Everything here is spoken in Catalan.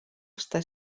està